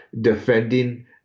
defending